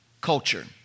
culture